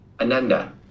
Ananda